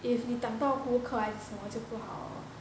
if 你挡到顾客还是什么就不好